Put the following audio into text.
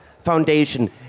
foundation